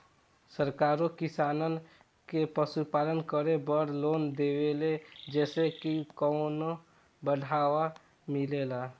सरकारो किसानन के पशुपालन करे बड़ लोन देवेले जेइसे की उनके बढ़ावा मिलेला